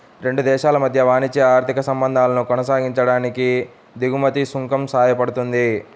రెండు దేశాల మధ్య వాణిజ్య, ఆర్థిక సంబంధాలను కొనసాగించడానికి దిగుమతి సుంకం సాయపడుతుంది